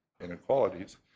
inequalities